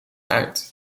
uit